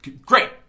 great